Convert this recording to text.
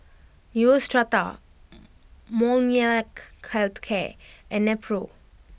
Neostrata Molnylcke Health Care and Nepro